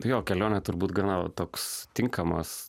jo kelionė turbūt gana toks tinkamas